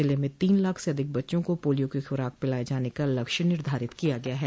जिलें में तीन लाख से अधिक बच्चों को पोलियो की खुराक पिलाये जाने का लक्ष्य निर्धारित किया गया है